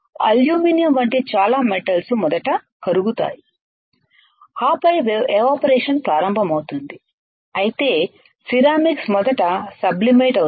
aluminium వంటి చాలా metals మొదట కరుగుతాయి ఆపై ఎవాపరేషన్ ప్రారంభమవుతుంది అయితే సిరామిక్స్ మొదట సబ్లి మేట్ అవుతుంది